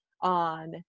on